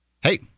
Hey